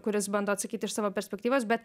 kuris bando atsakyti iš savo perspektyvos bet